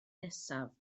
nesaf